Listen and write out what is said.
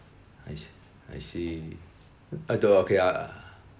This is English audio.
I se~ I see uh thou~ okay uh